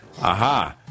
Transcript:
aha